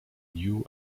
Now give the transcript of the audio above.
knew